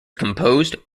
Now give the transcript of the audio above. composed